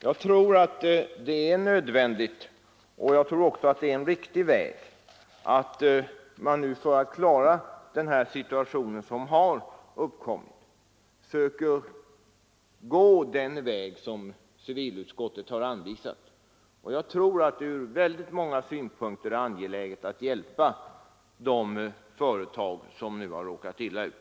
Jag tror det är nödvändigt och riktigt att man för att klara den uppkomna situationen försöker gå den väg som civilutskottet har anvisat. Ur många synpunkter är det angeläget att hjälpa de företag som nu har råkat illa ut.